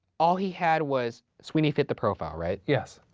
all he had was, sweeney fit the profile, right. yes.